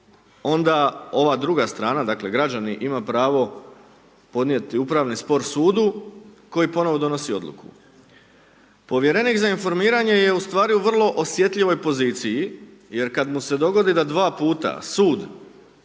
onda ova druga strana, dakle, građanin ima pravo, podnijeti upravni spor sudu, koji ponovno donosi odluku. Povjerenik za informiranje je ustvari u vrlo osjetljivoj poziciji. Jer kad mu se dogodi da 2 puta sud